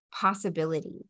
possibility